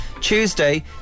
Tuesday